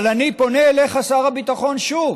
אבל אני פונה אליך, שר הביטחון, שוב,